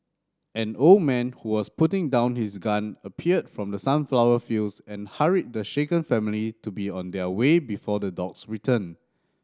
an old man who was putting down his gun appeared from the sunflower fields and hurried the shaken family to be on their way before the dogs return